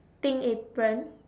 pink apron